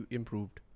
improved